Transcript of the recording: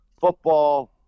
football